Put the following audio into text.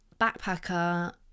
backpacker